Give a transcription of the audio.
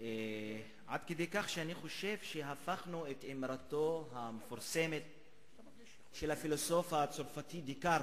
עד כדי כך שאני חושב שאמרתו של הפילוסוף הצרפתי דקארט,